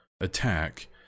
attack